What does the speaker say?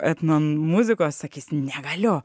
etnomuzikos sakys negaliu